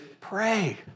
pray